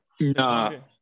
No